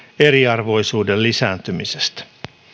eriarvoisuuden lisääntymisestä